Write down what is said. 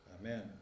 amen